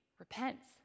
repents